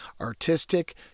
artistic